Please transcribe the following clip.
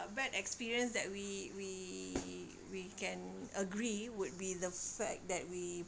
~(uh) bad experience that we we we can agree would be the fact that we